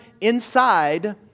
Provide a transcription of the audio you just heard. inside